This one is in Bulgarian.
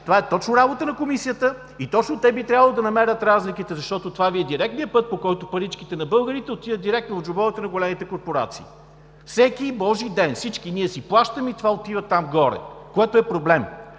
това е точно работа на Комисията и точно те би трябвало да намерят разликите, защото това Ви е директният път, по който паричките на българите отиват директно в джобовете на големите корпорации. Всеки Божи ден всички ние си плащаме и това отива там горе, което е проблем.